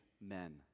men